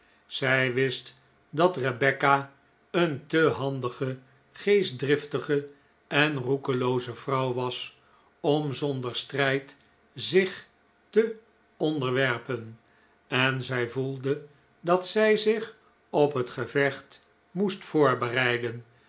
zij wist dat rebecca een te handige geestdriftige en roekelooze vrouw was om zonder strijd zich te onderwerpen en zij voelde dat zij zich op het gevecht moest voorbereiden